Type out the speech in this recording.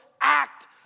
act